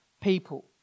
people